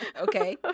Okay